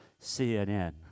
CNN